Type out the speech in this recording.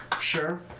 Sure